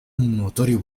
notorio